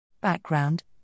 Background